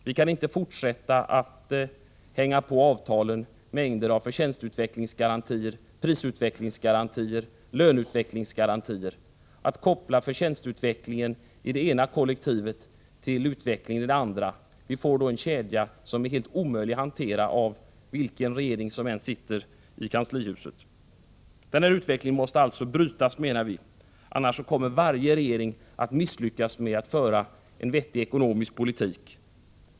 Vi kan inte fortsätta att hänga på avtalen mängder av förtjänstutvecklingsgarantier, prisutvecklingsgarantier, löneutvecklingsgarantier och att koppla förtjänstutvecklingen i det ena kollektivet tillutvecklingen i det andra. Vi får då en kedja som är helt omöjlig att hantera av vilken regering som än sitter i kanslihuset. Vi menar att denna utveckling måste brytas. Annars kommer varje regering att misslyckas med att föra en vettig ekonomisk politik.